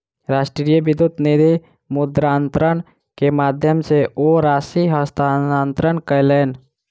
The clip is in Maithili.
राष्ट्रीय विद्युत निधि मुद्रान्तरण के माध्यम सॅ ओ राशि हस्तांतरण कयलैन